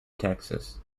texas